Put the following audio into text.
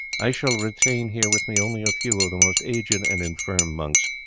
i shall retain here with me only a few of the most aged and infirm monks,